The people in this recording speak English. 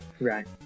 Right